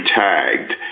tagged